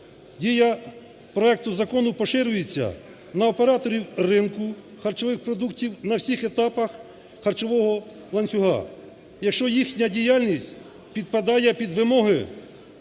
Дія проекту закону поширюється на операторів ринку харчових продуктів на всіх етапах харчового ланцюга, якщо їхня діяльність підпадає під вимоги